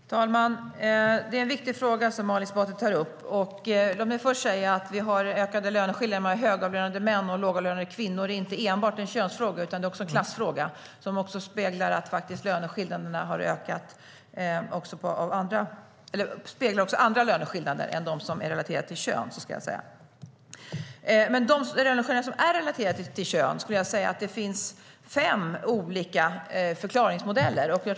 Herr talman! Det är en viktig fråga som Ali Esbati tar upp. Låt mig först säga att detta att vi har ökade löneskillnader mellan högavlönade män och lågavlönade kvinnor inte enbart är en könsfråga. Det är också en klassfråga. Detta speglar alltså också andra löneskillnader än dem som är relaterade till kön. När det gäller de löneskillnader som är relaterade till kön skulle jag vilja säga att det finns fem olika förklaringsmodeller.